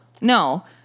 No